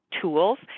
tools